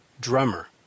drummer